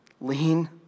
lean